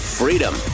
freedom